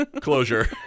closure